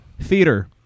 Theater